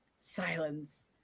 Silence